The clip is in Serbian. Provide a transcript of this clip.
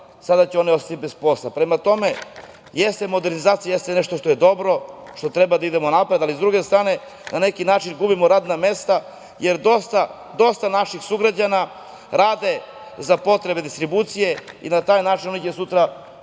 čitanje brojila ostaće bez posla. Prema tome, jeste modernizacija nešto što je dobro, što treba da idemo napred, ali, sa druge strane, gubimo radna mesta jer dosta naših sugrađana rade za potrebe distribucije i na taj način oni će sutra